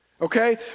okay